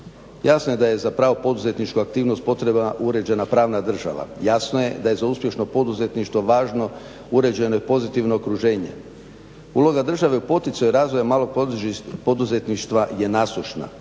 Jasno je da je za pravu poduzetničku aktivnost potrebna uređena pravna država. Jasno je da je za uspješno poduzetništvo važno uređeno i pozitivno okruženje. Uloga države u poticanju razvoja malog poduzetništva je nasušna.